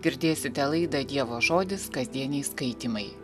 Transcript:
girdėsite laidą dievo žodis kasdieniai skaitymai